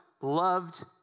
Loved